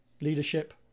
leadership